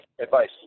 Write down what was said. advice